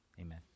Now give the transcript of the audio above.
Amen